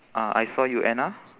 uh I saw you anna